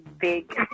big